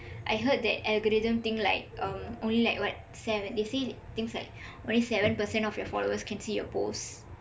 I heard that like algorithm thing like um only like what seven they say things like only seven person of your followers can see your post